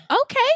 okay